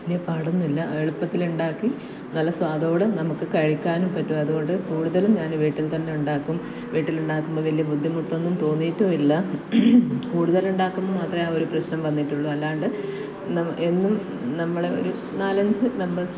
വലിയ പാടൊന്നുമില്ല എളുപ്പത്തിലുണ്ടാക്കി നല്ല സ്വാദോടെ നമുക്ക് കഴിക്കാനും പറ്റും അതുകൊണ്ട് കൂടുതലും ഞാൻ വീട്ടിൽ തന്നെ ഉണ്ടാക്കും വീട്ടിൽ ഉണ്ടാക്കുമ്പോൾ വലിയ ബുദ്ധിമുട്ടൊന്നും തോന്നിയിട്ടും ഇല്ല കൂടുതൽ ഉണ്ടാക്കുമ്പോൾ മാത്രമേ ആ ഒരു പ്രശ്നം വന്നിട്ടുള്ളൂ അല്ലാണ്ട് എന്നും നമ്മൾ ഒരു നാലഞ്ചു മെമ്പേഴ്സ്